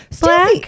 black